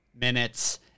minutes